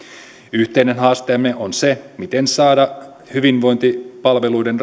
yhteinen haasteemme on se miten saada hyvinvointipalveluiden